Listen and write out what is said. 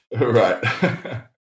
Right